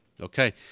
Okay